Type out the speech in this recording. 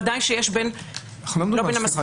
בוודאי שיש -- אנחנו לא מדברים על שפיכת